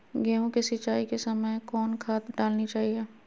गेंहू के सिंचाई के समय कौन खाद डालनी चाइये?